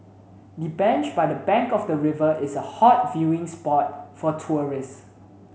the bench by the bank of the river is a hot viewing spot for tourists